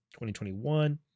2021